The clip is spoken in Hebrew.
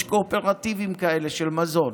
יש קואופרטיבים כאלה של מזון.